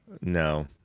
No